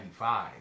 1995